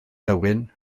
nhywyn